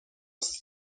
است